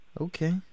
Okay